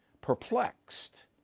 perplexed